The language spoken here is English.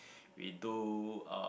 we do uh